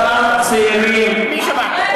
אותם צעירים, מי שמעת?